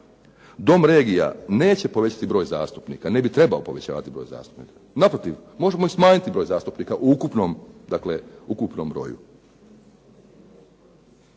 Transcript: Dom regija neće povećati broj zastupnika, ne bi trebao povećavati broj zastupnika. Naprotiv možemo smanjiti broj zastupnika u ukupnom broju.